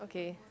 okay